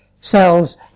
cells